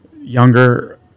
younger